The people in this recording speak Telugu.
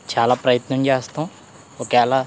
చాలా ప్రయత్నం చేస్తాం ఒకవేళ